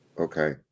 Okay